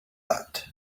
that